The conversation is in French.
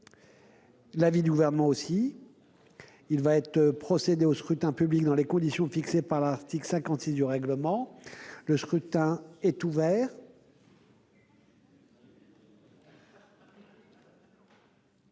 Les Républicains. Il va être procédé au scrutin dans les conditions fixées par l'article 56 du règlement. Le scrutin est ouvert.